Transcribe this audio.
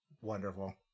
Wonderful